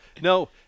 no